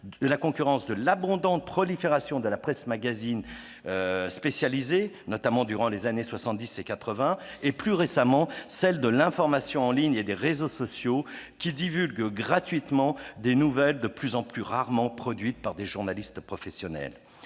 celle de l'abondante prolifération de la presse magazine spécialisée, notamment durant les années 1970 et 1980, puis celle, plus récemment, de l'information en ligne et des réseaux sociaux, qui divulguent gratuitement des nouvelles dont il est de plus en plus rare qu'elles soient produites par des journalistes professionnels.